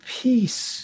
peace